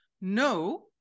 No